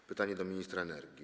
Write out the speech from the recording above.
To pytanie do ministra energii.